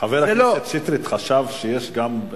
חבר הכנסת שטרית חשב שיש גם,